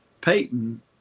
Peyton